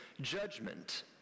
judgment